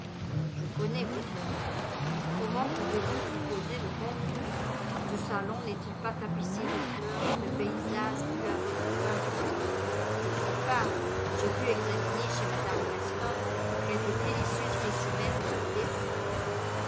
je connais vos œuvres comment pouvez-vous supposer le contraire ce salon n'est-il pas tapissé de fleurs et de paysages dûs à votre pinceau d'autre part j'ai pu examiner chez mme weston quelques délicieux spécimens de vos dessins